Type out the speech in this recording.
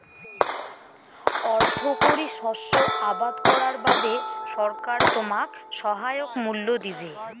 অর্থকরী শস্য আবাদ করার বাদে সরকার তোমাক সহায়ক মূল্য দিবে